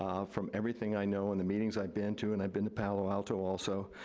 um from everything i know and the meetings i've been to, and i've been to palo alto also,